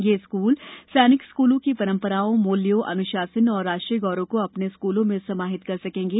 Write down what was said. ये स्कूल सैनिक स्कूलों की परम्पराओं मूल्यों अनुशासन और राष्ट्रीय गौरव को अपने स्कूलों में समाहित कर सकेंगे